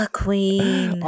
queen